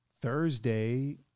Thursday